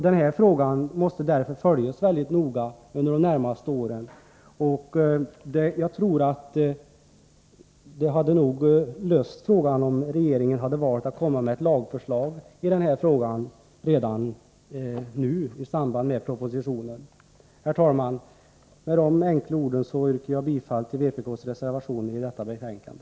Denna fråga måste därför följas mycket noga under de närmaste åren. Jag tror att det hade löst problemet om regeringen hade valt att redan nu, i samband med propositionen, komma med ett lagförslag. Herr talman! Med dessa enkla ord yrkar jag bifall till vpk:s reservationer i detta betänkande.